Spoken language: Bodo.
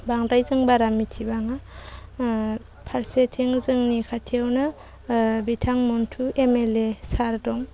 बांद्राय जों बारा मिथिबाङा फारसेथिं जोंनि खाथियावनो बिथां मन्थु एम एल ए सार दं